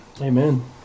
Amen